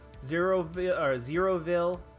Zeroville